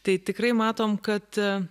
tai tikrai matom kad